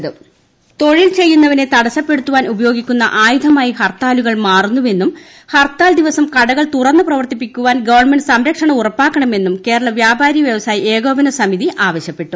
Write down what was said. കേരള വ്യാപാരി വ്യാവസായി ഏകോപന സമിതി തൊഴിൽ ചെയ്യുന്നവനെ തടസ്സപ്പെടുത്തുവാൻ ഉപയോഗിക്കുന്ന ആയുധമായി ഹർത്താലുകൾ മാറുന്നുവെന്നും ഹർത്താൽ ദിവസം കൂടകൾ തുറന്നു പ്രവർത്തിക്കുവാൻ ഗവൺമെന്റ് സംരംക്ഷണം ഉറപ്പാക്കണമെന്നും കേരള വ്യാപാരി വ്യാവസായി ഏകോപന സമിതി ആവശ്യപ്പെടും